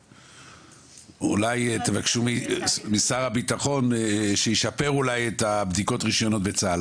אולי תבקשו משר הביטחון שישפר את הבדיקות של הרישיונות בצה"ל,